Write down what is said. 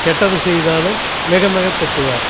கெட்டது செய்தாலும் மிக மிக திட்டுவார்